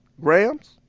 grams